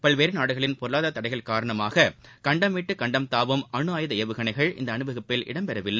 பல்வேறுநாடுகளின் பொருளாதாரதடைகள் காரணமாககண்டம் விட்டுகண்டம் தாவும் அணுஆயுத ஏவுகணைகள் இந்தஅணிவகுப்பில் இடம்பெறவில்லை